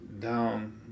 down